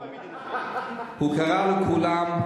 הוא קרא לכולם,